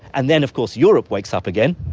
and then of course europe wakes up again,